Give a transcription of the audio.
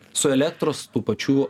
su elektros tų pačių